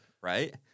right